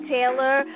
Taylor